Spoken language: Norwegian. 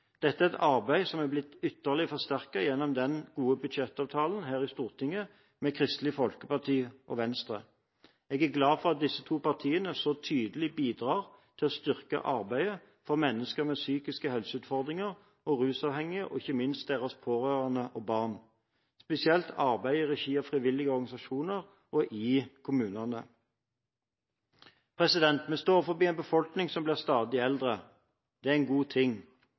Dette er et arbeid som er blitt ytterligere forsterket gjennom den gode budsjettavtalen med Kristelig Folkeparti og Venstre her i Stortinget. Jeg er glad for at disse to partiene så tydelig bidrar til å styrke arbeidet for mennesker med psykiske helseutfordringer, rusavhengige og ikke minst deres pårørende og barn – spesielt arbeidet i regi av frivillige organisasjoner og i kommunene. Vi står overfor en befolkning som blir stadig eldre. Det er en god ting.